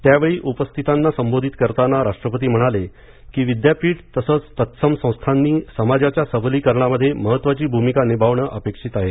त्यावेळी उपस्थितांना संबोधित करताना राष्ट्रपती म्हणाले की विद्यापीठ तसंच तत्सम संस्थांनी समाजाच्या सबलीकरणामध्ये महत्वाची भूमिका निभावणे अपेक्षित आहे